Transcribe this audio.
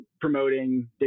promoting